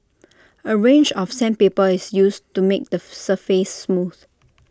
A range of sandpaper is used to make the surface smooth